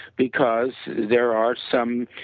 because there are some